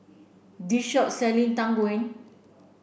this shop selling Tang Yuen